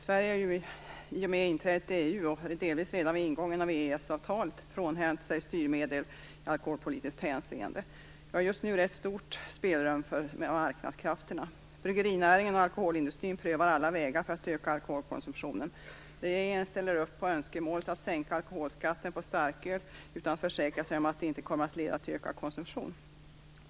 Sverige har ju i och med inträdet i EU, delvis redan vid ingången av EES-avtalet, frånhänt sig styrmedel i alkoholpolitiskt hänseende. Vi har just nu rätt stort spelrum för marknadskrafterna. Bryggerinäringen och alkoholindustrin prövar alla vägar för att öka alkoholkonsumtionen. Regeringen ställer upp på önskemålet att sänka alkoholskatten på starköl utan att försäkra sig om att det inte kommer att leda till ökad konsumtion.